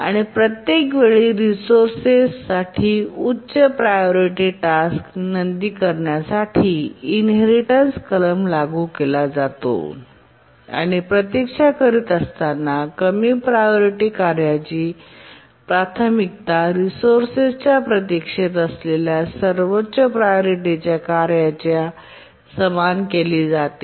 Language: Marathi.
आणि प्रत्येक वेळी रिसोर्सेस साठी उच्च प्रायोरिटी टास्क विनंती करण्यासाठी इनहेरिटेन्स कलम लागू केला जातो आणि प्रतीक्षा करत असताना कमी प्रायोरिटी कार्याची प्राथमिकता रिसोर्सेस च्या प्रतीक्षेत असलेल्या सर्वोच्च प्रायोरिटी कार्याच्या समान केली जाते